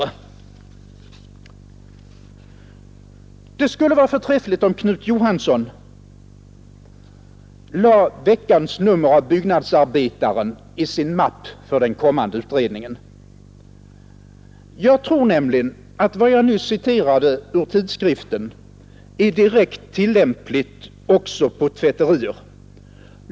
Det skulle vara förträffligt om Knut Johansson lade veckans nummer av Byggnadsarbetaren i sin mapp för den kommande utredningen. Jag tror nämligen att vad jag nyss citerade ur tidskriften är direkt tillämpligt också på tvätterier.